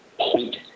point